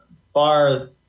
far